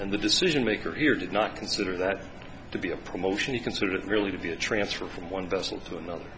the decision maker here did not consider that to be a promotion you considered really to be a transfer from one person to another